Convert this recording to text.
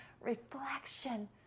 reflection